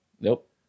nope